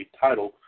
title